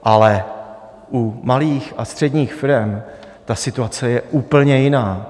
Ale u malých a středních firem ta situace je úplně jiná.